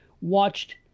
watched